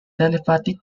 telepathic